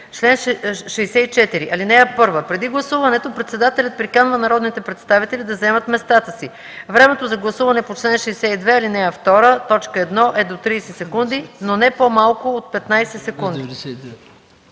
„Чл. 64. (1) Преди гласуването председателят приканва народните представители да заемат местата си. Времето за гласуване по чл. 62, ал. 2, т. 1 е до 30 секунди, но не по-малко от 15 секунди.